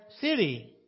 city